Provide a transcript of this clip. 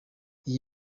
iyi